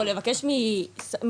או לבקש מסוחר,